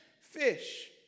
fish